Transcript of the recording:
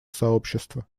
сообщества